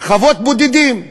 חוות בודדים.